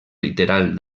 literal